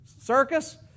circus